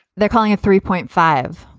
they're calling it three point five,